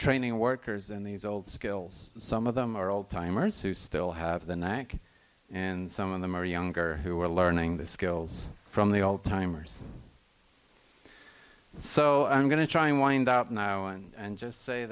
training workers and these old skills some of them are old timers who still have the knack and some of them are younger who are learning the skills from the old timers so i'm going to try and wind up now and just say